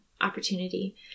opportunity